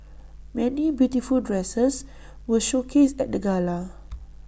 many beautiful dresses were showcased at the gala